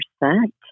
percent